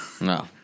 No